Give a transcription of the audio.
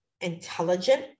intelligent